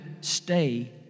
stay